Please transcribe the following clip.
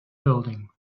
building